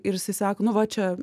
ir jisai sako nu va čia